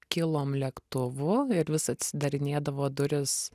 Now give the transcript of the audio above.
kilom lėktuvu ir vis atsidarinėdavo durys